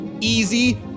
easy